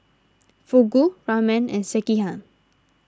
Fugu Ramen and Sekihan